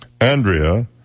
Andrea